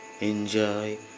enjoy